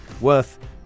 worth